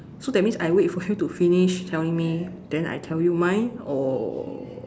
so that means I wait for you to finish telling me then I tell you mine or